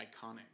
iconic